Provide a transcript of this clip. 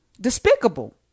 Despicable